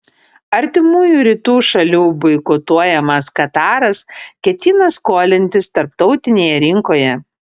artimųjų rytų šalių boikotuojamas kataras ketina skolintis tarptautinėje rinkoje